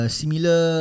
similar